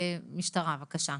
משטרה, בבקשה.